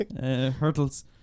Hurdles